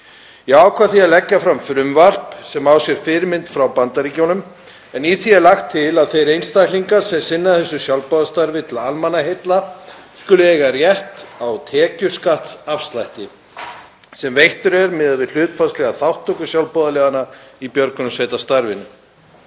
ákvað því að leggja fram frumvarp sem á sér fyrirmynd frá Bandaríkjunum en í því er lagt til að þeir einstaklingar sem sinna þessu sjálfboðastarfi til almannaheilla skuli eiga rétt á tekjuskattsafslætti sem veittur er miðað við hlutfallslega þátttöku sjálfboðaliðanna í björgunarsveitastarfinu.